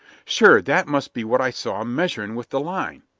sure that must be what i saw em measuring with the line.